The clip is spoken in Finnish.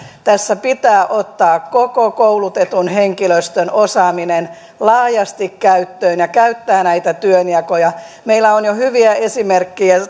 tässä pitää ottaa koko koulutetun henkilöstön osaaminen laajasti käyttöön ja käyttää näitä työnjakoja meillä on jo hyviä esimerkkejä